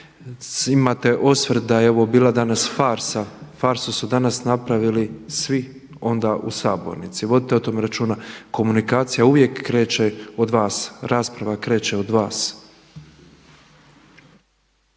imate osvrt da je ovo bila danas farsa farsu su danas napravili svi onda u Sabornici, vodite o tome računa. Komunikacija uvijek kreće od vas, rasprava kreće od vas.